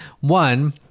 one